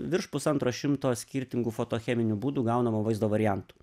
virš pusantro šimto skirtingų fotocheminiu būdu gaunamų vaizdo variantų